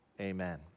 Amen